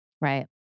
Right